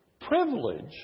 privilege